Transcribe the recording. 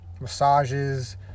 massages